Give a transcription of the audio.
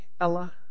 Ella